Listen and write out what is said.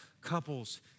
couples